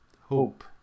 Hope